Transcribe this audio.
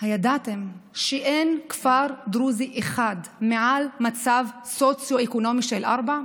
הידעתם שאין כפר דרוזי אחד מעל מצב סוציו-אקונומי 4?